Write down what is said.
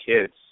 Kids